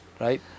right